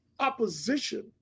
opposition